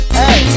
hey